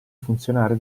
funzionari